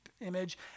image